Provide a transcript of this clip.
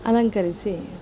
ಅಲಂಕರಿಸಿ